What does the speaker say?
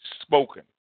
spoken